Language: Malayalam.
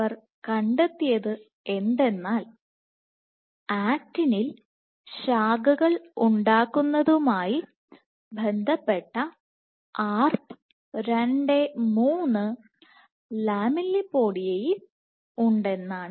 അവർ കണ്ടെത്തിയത് എന്തെന്നാൽ ആക്റ്റിനിൽ ശാഖകൾ ഉണ്ടാക്കുന്നതുമായി ബന്ധപ്പെട്ട Arp 23 ലാമെല്ലിപോഡിയയിൽ ഉണ്ടെന്നാണ്